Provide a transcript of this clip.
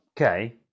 Okay